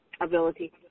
ability